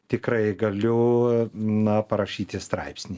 tikrai galiu na parašyti straipsnį